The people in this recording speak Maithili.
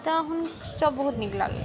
तऽ हमरा सभ बहुत नीक लागलै